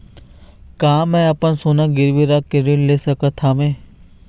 का मैं अपन सोना गिरवी रख के ऋण ले सकत हावे?